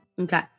Okay